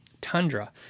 Tundra